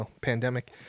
pandemic